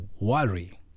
worry